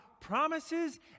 promises